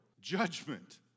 Judgment